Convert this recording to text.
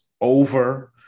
over –